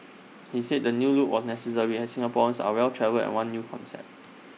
he says the new look was necessary as Singaporeans are well travelled and want new concepts